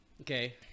okay